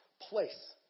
place